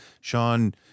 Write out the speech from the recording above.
Sean